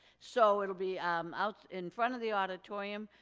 so it'll be um out in front of the auditorium.